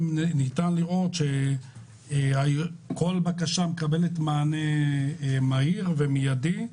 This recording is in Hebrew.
כל בקשה מקבלת מענה מהיר ומיידי.